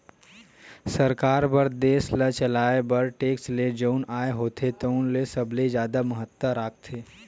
सरकार बर देस ल चलाए बर टेक्स ले जउन आय होथे तउने ह सबले जादा महत्ता राखथे